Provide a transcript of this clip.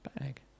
bag